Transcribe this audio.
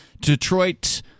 Detroit